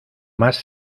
más